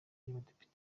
y’abadepite